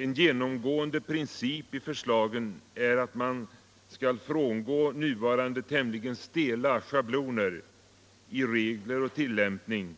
En genomgående princip i förslagen är att man skall frångå nuvarande tämligen stela schabloner i regler och tillämpning